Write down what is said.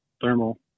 thermal